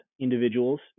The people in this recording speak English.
individuals